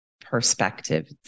perspective